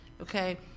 okay